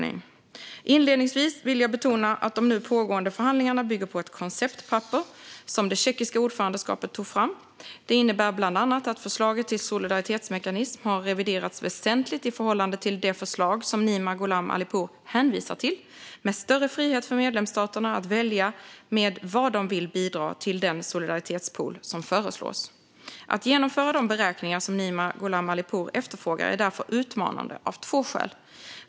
Inledningsvis vill jag betona att de nu pågående förhandlingarna bygger på ett konceptpapper som det tjeckiska ordförandeskapet tog fram. Det innebär bland annat att förslaget till solidaritetsmekanism har reviderats väsentligt i förhållande till det förslag som Nima Gholam Ali Pour hänvisar till, med större frihet för medlemsstaterna att välja vad de vill bidra med till den solidaritetspool som föreslås. Att genomföra de beräkningar som Nima Gholam Ali Pour efterfrågar är utmanande av två skäl.